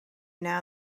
now